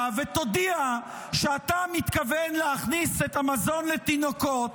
ותודיע שאתה מתכוון להכניס את המזון לתינוקות